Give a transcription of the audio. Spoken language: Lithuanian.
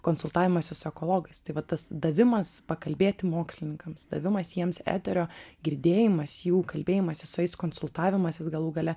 konsultavimasis su ekologais tai va tas davimas pakalbėti mokslininkams davimas jiems eterio girdėjimas jų kalbėjimasis su jais konsultavimasis galų gale